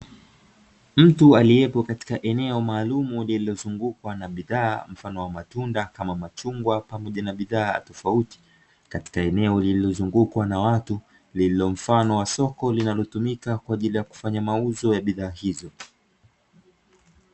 Mtu aliyepo katika eneo maalumu lililozungukwa na bidhaa mfano wa matunda kama machungwa, pamoja na bidhaa tofauti; katika eneo lililozungukwa na watu, lililo mfano wa soko linalotumika kwa ajili ya kufanya mauzo ya bidhaa hizo.